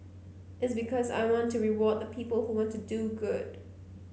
it's because I want to reward the people who want to do good